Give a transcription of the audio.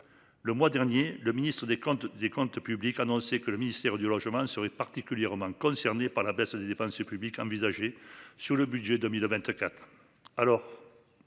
Le mois dernier le Ministre des comptes, des comptes publics, annoncé que le ministère du Logement seraient particulièrement concernés par la baisse des dépenses publiques envisagées sur le budget 2024 alors.